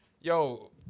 Yo